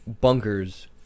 bunkers